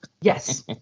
yes